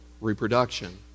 reproduction